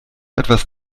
etwas